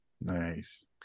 Nice